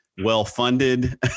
well-funded